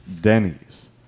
Denny's